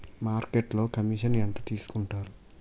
మార్కెట్లో కమిషన్ ఎంత తీసుకొంటారు?